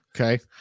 Okay